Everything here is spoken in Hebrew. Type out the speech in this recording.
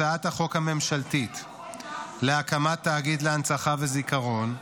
הצעת החוק הממשלתית להקמת תאגיד להנצחה וזיכרון,